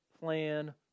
plan